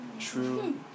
true